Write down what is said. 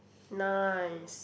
nice